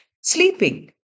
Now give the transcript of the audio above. sleeping